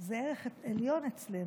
זה ערך עליון אצלנו.